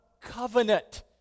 covenant